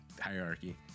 hierarchy